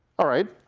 all right.